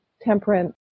temperance